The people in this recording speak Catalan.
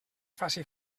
faci